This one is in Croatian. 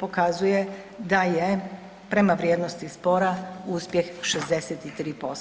pokazuje da je prema vrijednosti spora uspjeh 63%